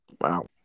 wow